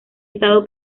estado